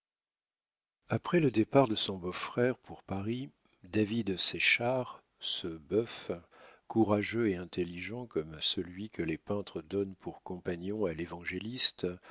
après le départ de son beau-frère pour paris david séchard ce bœuf courageux et intelligent comme celui que les peintres donnent pour compagnon à l'évangéliste